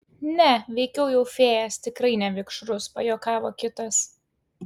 ne veikiau jau fėjas tikrai ne vikšrus pajuokavo kitas